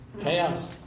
Chaos